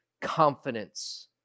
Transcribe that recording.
confidence